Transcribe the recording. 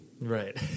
right